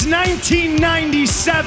1997